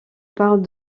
parle